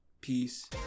peace